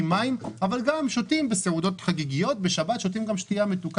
לשבץ מוחי ולמחלות קרדיו-וסקולריות.